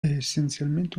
essenzialmente